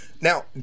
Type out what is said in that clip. Now